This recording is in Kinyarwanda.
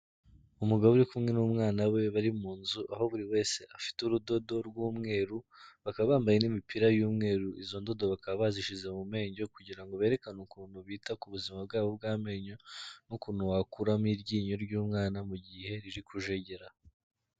Umugabo uri kumwe n'umwana we, bari mu nzu aho buri wese afite urudodo rw'umweru, bakaba bambaye n'imipira y'umweru, izo ndodo bakaba bazishize mu menyo kugira ngo berekane ukuntu bita ku buzima bwabo bw'amenyo, n'ukuntu wakuramo iryinyo ry'umwana mu gihe riri kujegera.